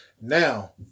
Now